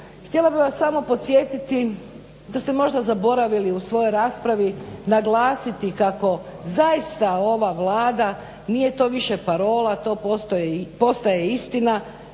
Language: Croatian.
htjela bih vas samo podsjetiti da ste možda zaboravili u svojoj raspravi naglasiti kako zaista ova Vlada nije to više parola, to postaje istina,